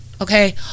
okay